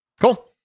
cool